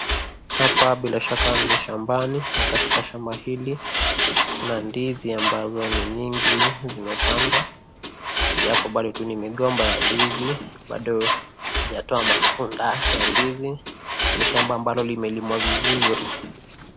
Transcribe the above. Hapa bila shaka ni shambani na katika shamba hili kuna ndizi ambazo ni nyingi zimepandwa japo bado tu ni migomba ya ndizi, bado haijatoa matunda ya ndizi. Ni shamba ambalo limelimwa vizuri.